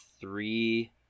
three